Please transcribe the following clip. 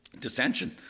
dissension